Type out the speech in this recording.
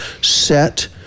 set